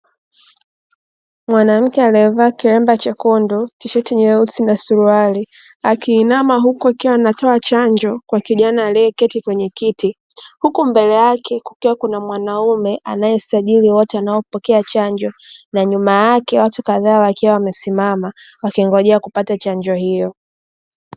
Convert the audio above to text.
Mwanamke aliyevaa kilemba chekundu, tisheti nyeusi na suruali; akiinama huku akiwa anatoa chanjo kwa kijana aliyeketi kwenye kiti. Huku mbele yake kukiwa kuna mwanaume anayesajili wote wanaopokea chanjo, na nyuma yake watu kadhaa wakiwa wamesimama wakingojea kupata chanjo hiyo.